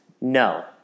No